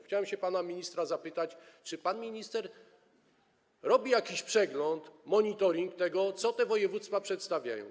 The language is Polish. Chciałem pana ministra zapytać, czy pan minister robi jakiś przegląd, monitoring tego, co te województwa przedstawiają.